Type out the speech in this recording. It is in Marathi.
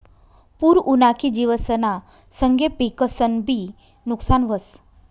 पूर उना की जिवसना संगे पिकंसनंबी नुकसान व्हस